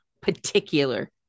particular